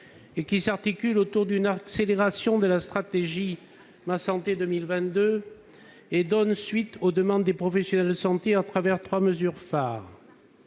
Elle s'articule autour d'une accélération de la stratégie « Ma santé 2022 » et donne suite aux demandes des professionnels de santé à travers trois mesures phares.